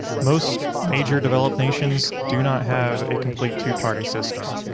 most major developed nations do not have a complete two-party system,